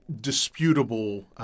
disputable